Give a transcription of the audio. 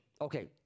Okay